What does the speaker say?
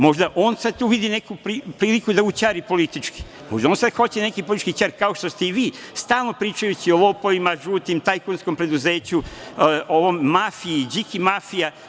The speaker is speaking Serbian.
Možda on sad tu vidi neku priliku da ućari politički, možda on sad hoće neki politički ćef, kao što ste i vi stalno pričajući o lopovima žutim, tajkunskom preduzeću, o mafiji, Điki mafija.